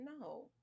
no